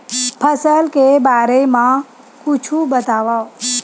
फसल के बारे मा कुछु बतावव